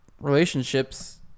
relationships